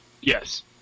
Yes